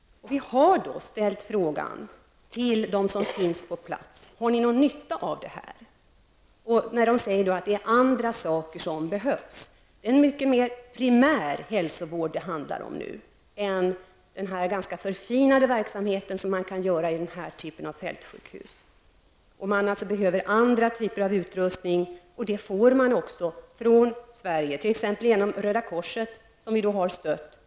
Vi har ställt frågan till dem som finns på plats: Har ni någon nytta av fältsjukhuset? De har då sagt att det är andra saker som behövs. Det är en mycket mer primär hälsovård det handlar om nu än den ganska förfinade verksamhet som kan bedrivas i det fältsjukhus som vi skickade till Det behövs andra typer av utrustning, och det får man också från Sverige, t.ex. genom Röda korset, som vi har stött.